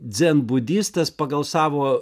dzenbudistas pagal savo